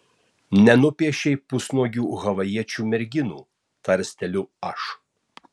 nenupiešei pusnuogių havajiečių merginų tarsteliu aš